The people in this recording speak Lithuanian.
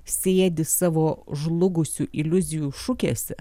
sėdi savo žlugusių iliuzijų šukėse